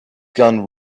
gone